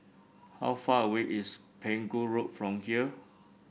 how far away is Pegu Road from here